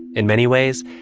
in many ways,